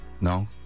no